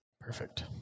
Perfect